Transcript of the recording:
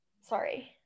sorry